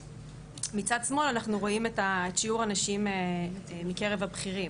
מצד שמאל אנחנו רואים את שיעור הנשים מקרב הבכירים,